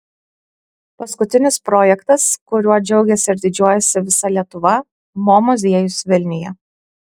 paskutinis projektas kuriuo džiaugiasi ir didžiuojasi visa lietuva mo muziejus vilniuje